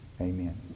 amen